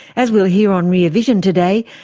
as we'll hear on rear vision today,